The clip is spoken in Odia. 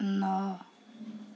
ନଅ